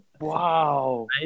Wow